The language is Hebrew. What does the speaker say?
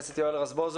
חבר הכנסת יואל רזבוזוב,